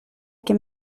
que